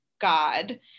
God